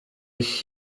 ich